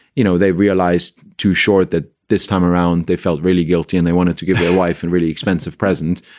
you know, they realized too short that this time around they felt really guilty and they wanted to give their life and really expensive presents.